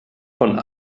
von